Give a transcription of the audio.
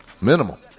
minimal